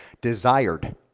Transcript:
desired